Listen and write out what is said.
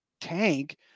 tank –